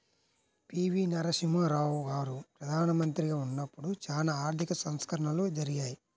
పి.వి.నరసింహారావు గారు ప్రదానమంత్రిగా ఉన్నపుడు చానా ఆర్థిక సంస్కరణలు జరిగాయి